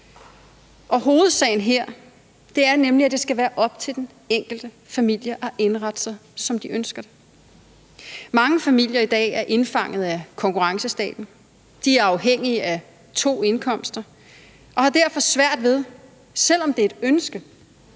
Hovedsagen her er nemlig, at det skal være op til den enkelte familie at indrette sig, som de ønsker. Mange familier i dag er indfanget af konkurrencestaten. De er afhængige af to indkomster og har derfor svært ved, selv om det er et ønske,